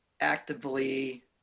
actively